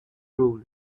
rule